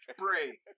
spray